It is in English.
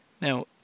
Now